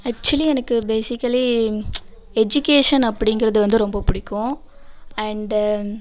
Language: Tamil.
ஆக்சுவலி எனக்கு பேஸிக்கலி எஜிகேஷன் அப்படிங்குறது வந்து ரொம்ப பிடிக்கும் அண்டு